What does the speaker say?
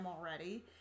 already